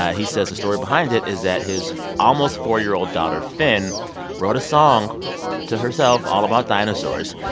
ah he says the story behind it is that his almost four year old daughter fenn wrote a song to herself all about dinosaurs.